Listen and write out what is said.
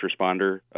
responder